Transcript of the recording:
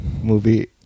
movie